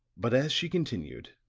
but as she continued,